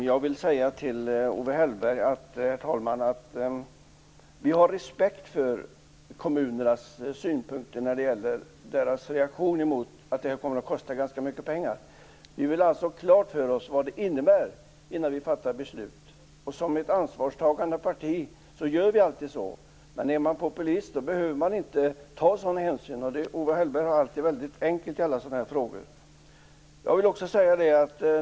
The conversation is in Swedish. Herr talman! Till Owe Hellberg vill jag säga att vi har respekt för kommunernas synpunkt att det här kommer att kosta ganska mycket pengar. Vi vill alltså ha klart för oss vad det innebär innan vi fattar beslut. Eftersom vi är ett ansvarstagande parti gör vi alltid så. Men om man är populist behöver man inte ta sådan hänsyn. Det är alltid väldigt enkelt för Owe Hellberg i sådana här frågor.